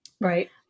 Right